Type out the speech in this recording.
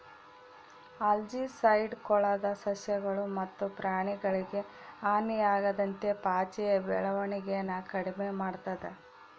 algicide ಕೊಳದ ಸಸ್ಯಗಳು ಮತ್ತು ಪ್ರಾಣಿಗಳಿಗೆ ಹಾನಿಯಾಗದಂತೆ ಪಾಚಿಯ ಬೆಳವಣಿಗೆನ ಕಡಿಮೆ ಮಾಡ್ತದ